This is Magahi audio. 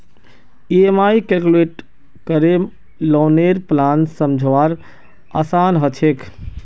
ई.एम.आई कैलकुलेट करे लौनेर प्लान समझवार आसान ह छेक